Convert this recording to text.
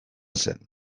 zen